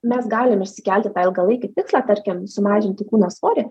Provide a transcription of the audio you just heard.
mes galim išsikelti ilgalaikį tikslą tarkim sumažinti kūno svorį